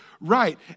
right